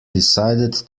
decided